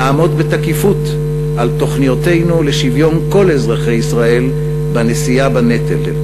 נעמוד בתקיפות על תוכניתנו לשוויון כל אזרחי ישראל בנשיאה בנטל.